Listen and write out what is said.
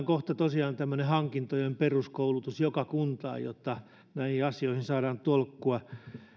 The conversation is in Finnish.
kohta tosiaan tarvitaan tämmöinen hankintojen peruskoulutus joka kuntaan jotta näihin asioihin saadaan tolkkua